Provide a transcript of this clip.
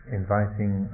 inviting